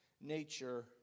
nature